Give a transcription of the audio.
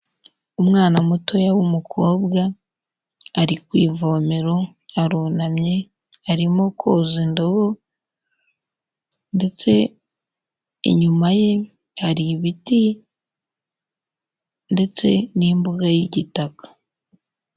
Umwana mutoya w'umukobwa, ari ku ivomero, arunamye, arimo koza indobo ndetse inyuma ye hari ibiti ndetse n'imbuga y'igitaka.